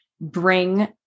bring